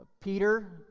Peter